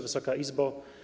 Wysoka Izbo!